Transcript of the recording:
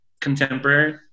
contemporary